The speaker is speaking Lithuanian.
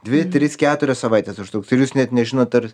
dvi tris keturias savaites užtruks ir jūs net nežinot ar